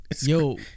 Yo